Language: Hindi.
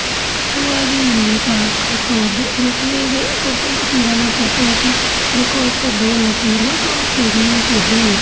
ये पाज़िटिव आ गई हमने कहा आपका तो देख लिए भाई औरतों को तो समझाना पड़ता है कि देखो आपका दो लकीर है तो आप पेगमेंट हैं